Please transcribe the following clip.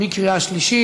בקריאה שלישית.